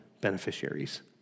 beneficiaries